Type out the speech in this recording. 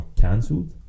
cancelled